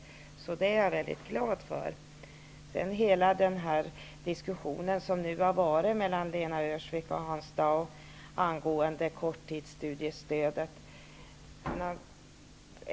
När det gäller hela den diskussion som har förts mellan Lena Öhrsvik och Hans Dau angående korttidsstudiestödet vill jag säga följande.